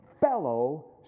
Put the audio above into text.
fellow